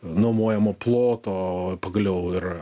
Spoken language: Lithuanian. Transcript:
nuomojamo ploto pagaliau ir